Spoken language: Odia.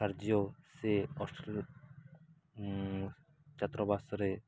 କାର୍ଯ୍ୟ ସେ ହଷ୍ଟେଲର ଛାତ୍ରବାସରେ